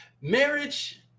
marriage